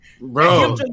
bro